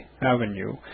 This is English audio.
Avenue